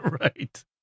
Right